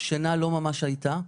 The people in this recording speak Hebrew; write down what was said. שינה לא ממש הייתה.